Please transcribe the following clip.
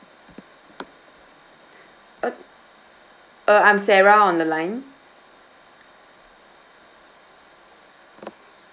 uh uh I'm sarah on the line